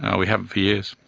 ah we haven't for years.